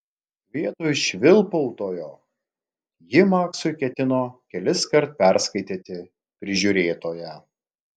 vietoj švilpautojo ji maksui ketino keliskart perskaityti prižiūrėtoją